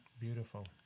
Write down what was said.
Beautiful